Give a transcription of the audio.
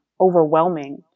overwhelming